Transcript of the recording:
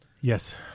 Yes